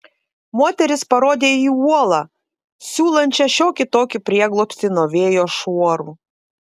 moteris parodė į uolą siūlančią šiokį tokį prieglobstį nuo vėjo šuorų